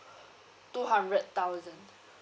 two hundred thousand